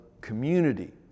community